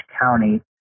County